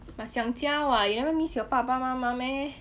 but 想家 [what] you never miss you 爸爸妈妈 meh